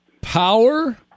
power